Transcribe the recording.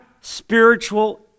spiritual